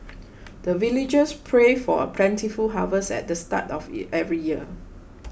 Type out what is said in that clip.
the villagers pray for a plentiful harvest at the start of yeah every year